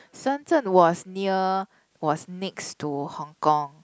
Shen Zhen was near was next to Hong-Kong